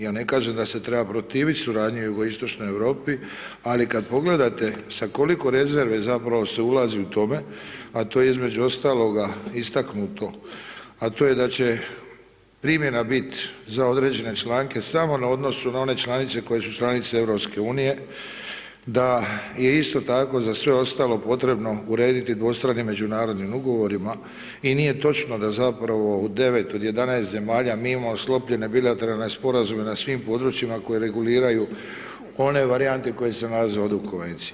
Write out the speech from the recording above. Ja ne kažem da se treba protivit suradnji u Jugoistočnoj Europi, ali sa koliko rezerve se zapravo ulazi u tome, a to je između ostaloga istaknuto, a to je da će primjena bit za određene članke samo na odnosu na one članice koje su članice EU, da je isto tako za sve ostalo potrebno urediti dvostranim međunarodnim ugovorima i nije točno da zapravo u 9 od 11 zemalja mi imamo sklopljene bilateralne sporazume na svim područjima koji reguliraju one varijante koje sam nazvao ovde u konvenciji.